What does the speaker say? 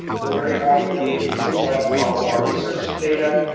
we're very confident and we use his lab for all of our research data,